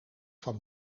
van